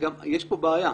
יש כאן בעיה.